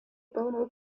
bono